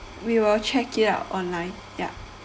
we will check it out online ya